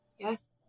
Yes